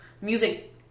music